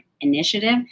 Initiative